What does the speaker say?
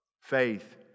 faith